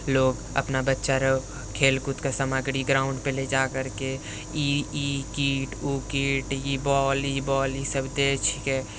लोक अपना बच्चा अरु खेलकूदके सामग्री ग्राउण्डपर ले जाकरके ई ई किट ओ किट ई बॉल ओ बॉल ईसब दै छिकै